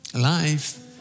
life